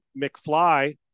McFly